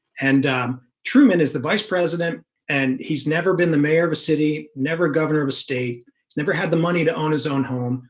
and truman is the vice president and he's never been the mayor of a city never governor of a state he's never had the money to own his own home.